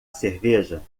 cerveja